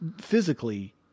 physically